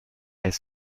est